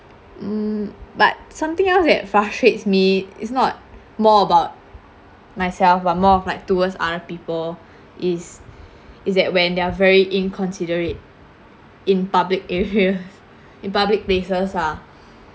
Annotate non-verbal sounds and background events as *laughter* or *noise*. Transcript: um but something else that frustrates me it's not more about myself but more of like towards other people is is that when they're very inconsiderate in public area *laughs* in public places ah